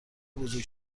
بزرگ